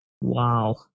wow